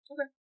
Okay